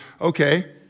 okay